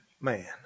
man